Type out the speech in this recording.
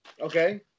Okay